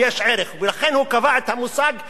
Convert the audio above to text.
ולכן הוא קבע את המושג המדויק,